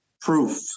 proof